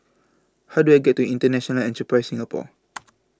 How Do I get to International Enterprise Singapore